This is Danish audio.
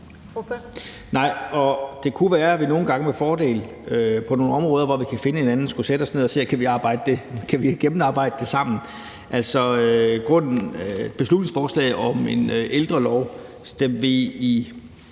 Det kunne være, at vi nogle gange med fordel på nogle områder, hvor vi kan finde hinanden, skulle sætte os ned og sige: Kan vi gennemarbejde det sammen? Beslutningsforslaget om en ældrelov stemte vi imod,